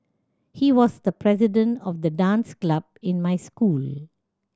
he was the president of the dance club in my school